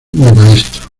maestro